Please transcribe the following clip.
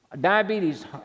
Diabetes